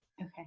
okay